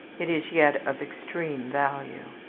it is yet of extreme value.